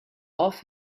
off